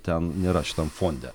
ten nėra šitam fonde